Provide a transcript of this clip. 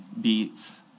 beats